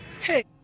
Hey